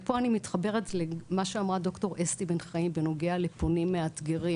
פה אני מתחברת למה שאמרה ד"ר אסתי בן חיים בנוגע לפונים מאתגרים.